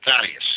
Thaddeus